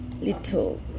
little